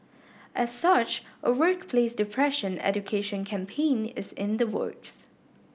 as such a workplace depression education campaign is in the works